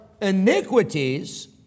iniquities